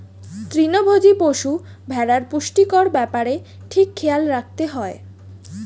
তৃণভোজী পশু, ভেড়ার পুষ্টির ব্যাপারে ঠিক খেয়াল রাখতে হয়